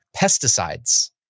pesticides